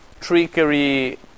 trickery